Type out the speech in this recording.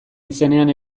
izenean